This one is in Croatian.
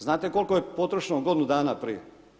Znate koliko je potrošeno u godinu dana prije?